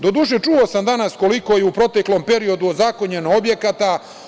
Doduše, čuo sam danas koliko je u proteklom periodu ozakonjeno objekata.